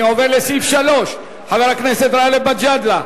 אני עובר לסעיף 3. חבר הכנסת גאלב מג'אדלה.